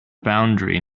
boundary